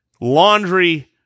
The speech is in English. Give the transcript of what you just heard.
laundry